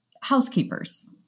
housekeepers